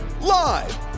Live